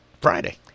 Friday